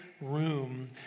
room